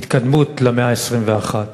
התקדמות למאה ה-21.